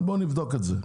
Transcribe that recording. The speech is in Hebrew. אבל בוא נבדוק את זה,